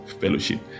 fellowship